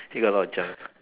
you got a lot of junk